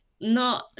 No